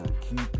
keep